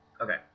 okay